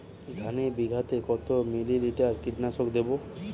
ধানে বিঘাতে কত মিলি লিটার কীটনাশক দেবো?